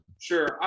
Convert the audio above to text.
Sure